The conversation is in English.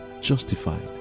justified